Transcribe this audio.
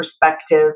perspective